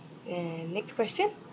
and next question